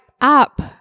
up